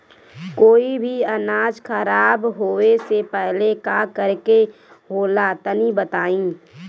कोई भी अनाज खराब होए से पहले का करेके होला तनी बताई?